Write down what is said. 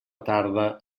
tarda